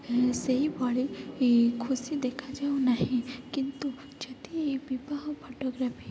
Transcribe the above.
ସେହିଭଳି ଖୁସି ଦେଖାଯାଉ ନାହିଁ କିନ୍ତୁ ଯଦି ବିବାହ ଫଟୋଗ୍ରାଫି